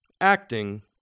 acting